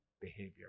behavior